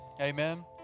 Amen